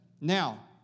Now